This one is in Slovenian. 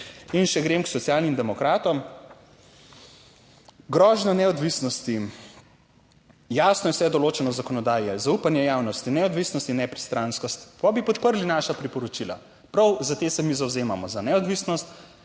In, če grem k Socialnim demokratom. Grožnja neodvisnosti, jasno je vse določeno v zakonodaji, je zaupanje javnosti, neodvisnost, nepristranskost. Pol bi podprli naša priporočila. Prav za te se mi zavzemamo, za neodvisnost,